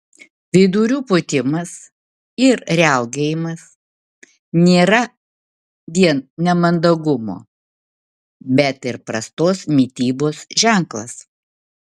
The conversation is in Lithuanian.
vidurių pūtimas ir riaugėjimas nėra vien nemandagumo bet ir prastos mitybos ženklas